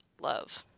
love